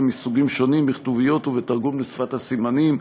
מסוגים שונים בכתוביות ובתרגום לשפת הסימנים.